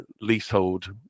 leasehold